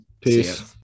Peace